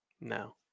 No